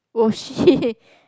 !oh shit!